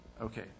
Okay